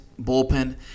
bullpen